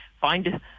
find